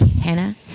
Hannah